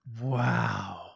wow